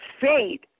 faith